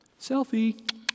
Selfie